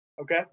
Okay